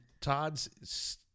Todd's